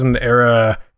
era